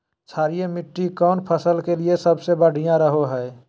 क्षारीय मिट्टी कौन फसल के लिए सबसे बढ़िया रहो हय?